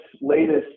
latest